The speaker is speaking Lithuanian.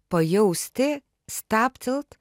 pajausti stabtelt